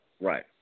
Right